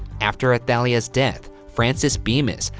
after athalia's death, frances bemis,